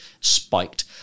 spiked